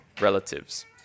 relatives